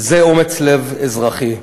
וזה אומץ לב אזרחי.